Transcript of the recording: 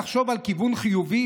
אולי נחשוב על כיוון חיובי,